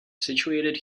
situated